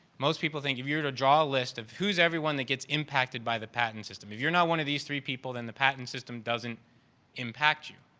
most people think if you are to draw a list of who's everyone that gets impacted by the patent system, if you're not one of these three people, then the patent system doesn't impact you.